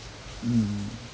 mm